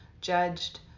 judged